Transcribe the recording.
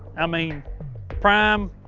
i mean prime.